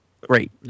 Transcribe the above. great